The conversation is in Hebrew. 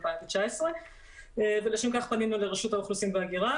2019-2015. לשם כך פנינו לרשות האוכלוסין וההגירה,